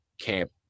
camp